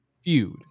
feud